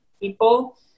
people